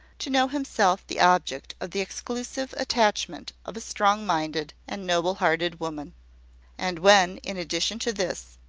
to know himself the object of the exclusive attachment of a strong-minded and noble-hearted woman and when, in addition to this,